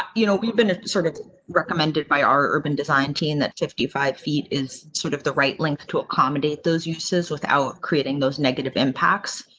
um you know, we've been sort of recommended by our urban design team that fifty five feet is sort of the right length to accommodate those uses without creating those negative impacts.